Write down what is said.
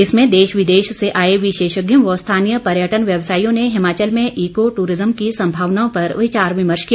इसमें देश विदेश से आए विशेषज्ञों व स्थानीय पर्यटन व्यवसायियों ने हिमाचल में ईको टूरिज्म की संभावनाओं पर विचार विमर्श किया